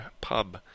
Pub